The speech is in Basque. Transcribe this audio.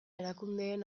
erakundeen